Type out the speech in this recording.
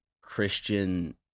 Christian